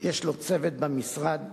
יש לו צוות במשרד,